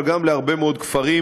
אבל גם להרבה מאוד כפרים,